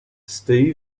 steve